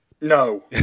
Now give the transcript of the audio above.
No